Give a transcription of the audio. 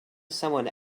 someone